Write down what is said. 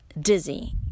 dizzy